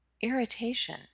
irritation